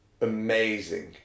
amazing